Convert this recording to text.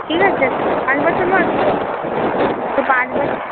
ঠিক আছে পাঁচ বছর বয়স তো তো পাঁচ